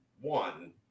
one